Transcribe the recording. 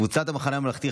קבוצת סיעת המחנה הממלכתי,